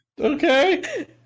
Okay